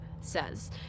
says